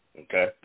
Okay